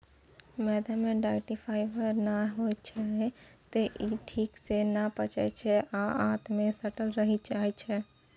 मैदा मे dietary fibre नै होइ छै, तें ई ठीक सं नै पचै छै आ आंत मे सटल रहि जाइ छै